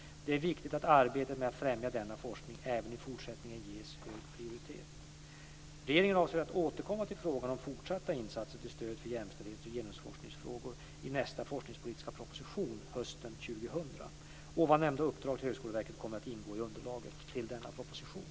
Det är viktigt att arbetet med att främja denna forskning även i fortsättningen ges hög prioritet. Regeringen avser att återkomma till frågan om fortsatta insatser till stöd för jämställdhets och genusforskningsfrågor i nästa forskningspolitiska proposition under hösten 2000. Ovan nämnda uppdrag till Högskoleverket kommer att ingå i underlaget till denna proposition.